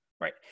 right